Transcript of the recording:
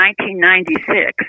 1996